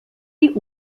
die